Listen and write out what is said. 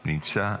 נמצא?